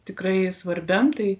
tikrai svarbiam tai